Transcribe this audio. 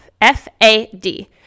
F-A-D